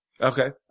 Okay